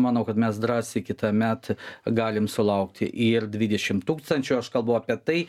manau kad mes drąsiai kitąmet galim sulaukti ir dvidešimt tūkstančių aš kalbu apie tai